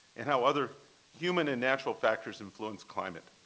and how other human and natural factors influence climate.